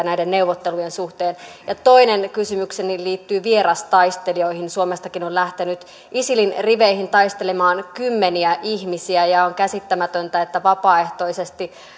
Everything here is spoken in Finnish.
näiden neuvottelujen suhteen toinen kysymykseni liittyy vierastaistelijoihin suomestakin on lähtenyt isilin riveihin taistelemaan kymmeniä ihmisiä ja on käsittämätöntä että vapaaehtoisesti